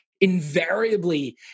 invariably